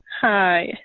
Hi